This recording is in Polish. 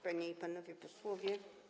Panie i Panowie Posłowie!